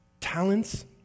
talents